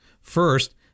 First